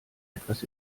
etwas